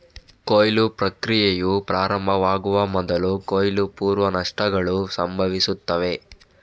ಕೊಯ್ಲು ಪ್ರಕ್ರಿಯೆಯು ಪ್ರಾರಂಭವಾಗುವ ಮೊದಲು ಕೊಯ್ಲು ಪೂರ್ವ ನಷ್ಟಗಳು ಸಂಭವಿಸುತ್ತವೆ